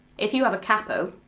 if you have a capo,